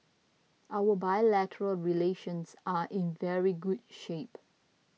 our bilateral relations are in very good shape